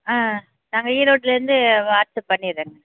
ஆ நாங்கள் ஈரோட்டிலேருந்து வாட்ஸாப் பண்ணிடுறேங்க